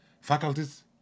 faculties